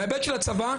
בהיבט של הצבא,